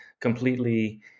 completely